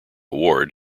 award